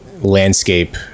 landscape